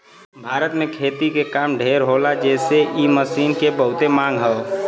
भारत में खेती के काम ढेर होला जेसे इ मशीन के बहुते मांग हौ